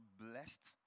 blessed